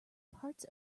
parts